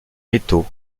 métaux